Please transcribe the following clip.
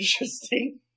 interesting